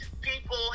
people